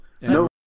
no